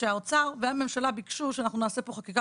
שהאוצר והממשלה ביקשו שאנחנו נעשה פה חקיקה